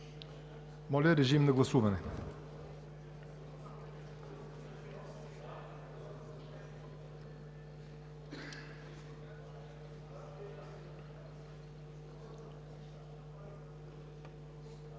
Моля, режим на гласуване